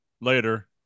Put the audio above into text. later